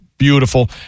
beautiful